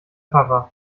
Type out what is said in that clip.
papa